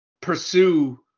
pursue